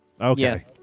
Okay